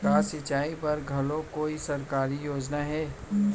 का सिंचाई बर घलो कोई सरकारी योजना हे?